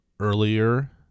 Earlier